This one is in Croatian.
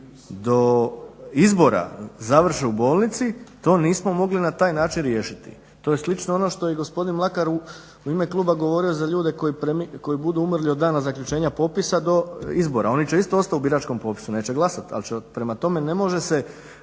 do izbora završe u bolnici to nismo mogli na taj način riješiti. To je slično ono što je gospodin Mlakar u ime kluba govorio za ljude koji budu umrli od dana zaključenja popisa do izbora. Oni će isto ostati u biračkom popisu, neće glasati. Prema tome najvećem